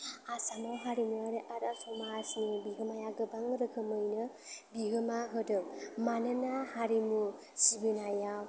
आसामाव हारिमु आरो समाजनि बिहोमाया गोबां रोखोमैनो बिहोमा होदों मानोना हारिमु सिबिनायाव